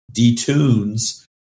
detunes